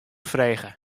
frege